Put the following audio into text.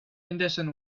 henderson